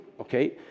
okay